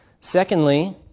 Secondly